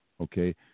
okay